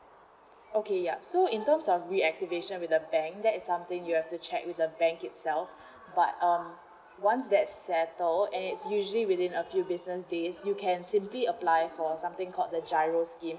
okay ya so in terms of reactivation with the bank that is something you have to check with the bank itself but um once that's settle and it's usually within a few business days you can simply apply for something called the giro scheme